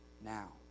Now